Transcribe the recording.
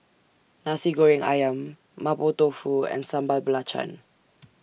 Nasi Goreng Ayam Mapo Tofu and Sambal Belacan